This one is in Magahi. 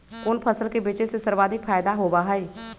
कोन फसल के बेचे से सर्वाधिक फायदा होबा हई?